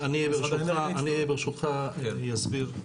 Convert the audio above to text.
אני ברשותך אסביר.